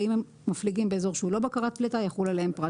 ואם הם מפליגים באזור שהוא לא בקרת פליטה יחול עליהם פרט